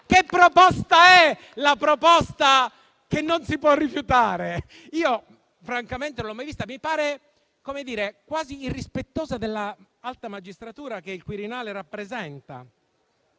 Che proposta è la proposta che non si può rifiutare? Francamente non l'ho mai vista e mi pare quasi irrispettosa dell'alta magistratura che il Quirinale rappresenta.